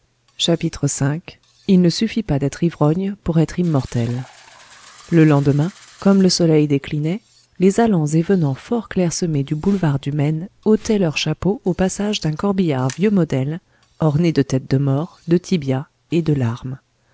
chapitre v il ne suffit pas d'être ivrogne pour être immortel le lendemain comme le soleil déclinait les allants et venants fort clairsemés du boulevard du maine ôtaient leur chapeau au passage d'un corbillard vieux modèle orné de têtes de mort de tibias et de larmes